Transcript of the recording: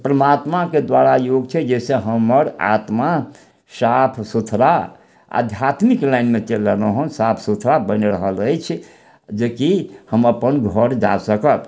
तऽ परमात्माके द्वारा योग छै जाहिसँ हमर आत्मा साफ सुथरा आध्यात्मिक लाइनमे चलि रहल हन साफ सुथरा बनि रहल अछि जेकि हम अपन घर जा सकब